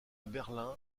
berlin